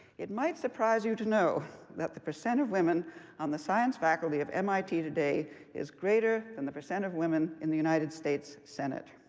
it might surprise you to know that the percent of women on the science faculty of mit today is greater than the percent of women in the united states senate.